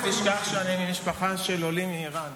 אל תשכח שאני ממשפחה של עולים מאיראן,